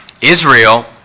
Israel